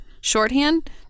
shorthand